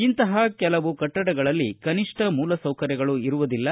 ಇಂತಹ ಕೆಲವು ಕಟ್ಟಡಗಳಲ್ಲಿ ಕನಿಷ್ಟ ಮೂಲಸೌಕರ್ಯಗಳೂ ಇರುವುದಿಲ್ಲ